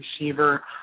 receiver